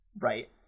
Right